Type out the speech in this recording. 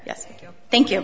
yes thank you